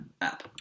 app